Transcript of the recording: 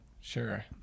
Sure